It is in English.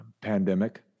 pandemic